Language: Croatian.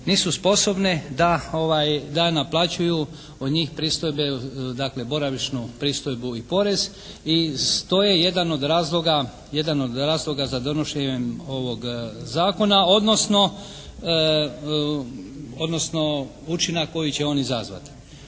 nisu sposobne da naplaćuju od njih pristojbe dakle boravišnu pristojbu i porez i to je jedan od razloga za donošenjem ovog zakona odnosno učinak koji će on izazvat.